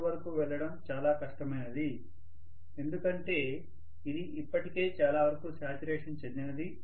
4 వరకు వెళ్లడం చాలా కష్టమైనది ఎందుకంటే ఇది ఇప్పటికే చాలా వరకు శాచ్యురేషన్ చెందినది